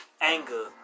anger